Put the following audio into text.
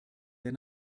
der